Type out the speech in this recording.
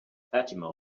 fatima